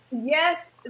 Yes